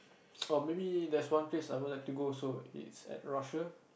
or maybe there's one place I would like to go also it's at Russia